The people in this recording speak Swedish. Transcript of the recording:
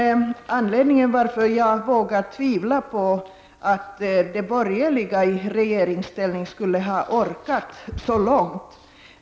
Jag vågar ändå tvivla på att de borgerliga i regeringsställning skulle ha orkat så långt.